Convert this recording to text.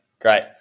great